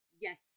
Yes